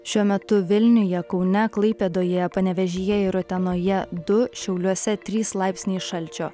šiuo metu vilniuje kaune klaipėdoje panevėžyje ir utenoje du šiauliuose trys laipsniai šalčio